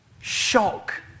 shock